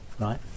right